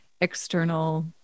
external